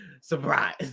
Surprise